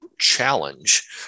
challenge